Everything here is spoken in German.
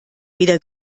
weder